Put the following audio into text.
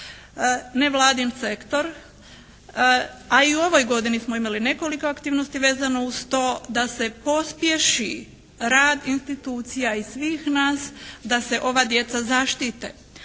nevladin sektor, a i u ovoj godini smo imali nekoliko aktivnosti vezano uz to da se pospješi rad institucija i svih nas da se ova djeca zaštite.